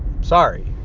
Sorry